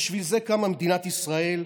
בשביל זה קמה מדינת ישראל,